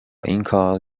اینکار